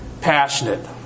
passionate